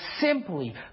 simply